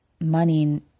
money